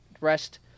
rest